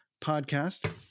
podcast